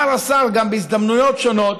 השר גם אמר בהזדמנויות שונות: